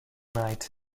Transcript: night